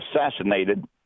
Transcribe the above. assassinated